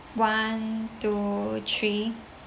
one two three